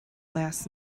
last